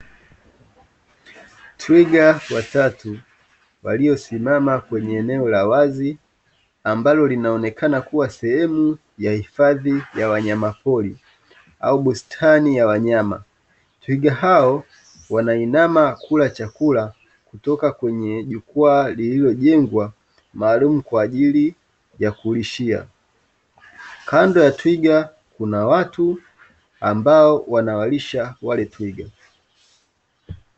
Twiga watatu waliosimama kwenye eneo la wazi ambalo linaonekana kuwa sehemu ya hifadhi ya wanyama pori au bustani ya wanyama. Twiga hao wanainama kula chakula kutoka kwenye jukwaa lililojengwa maalumu kwajili ya kulishia. Kando ya Twiga Kuna watu ambao wanawalisha wale Twiga.